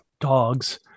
dogs